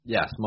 Yes